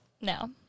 No